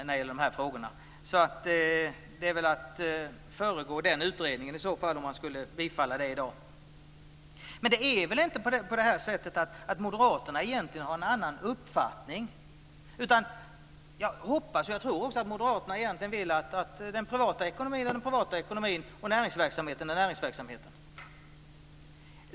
Det skulle vara att föregå den utredningen om de reservationerna bifalls i dag. Men moderaterna har egentligen inte någon annan uppfattning. Jag hoppas och tror att Moderaterna anser att den privata ekonomin är privat och att näringsverksamhet är näringsverksamhet.